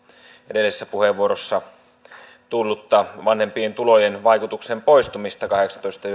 edellisessä puheenvuorossa tullutta vanhempien tulojen vaikutuksen poistumista kahdeksantoista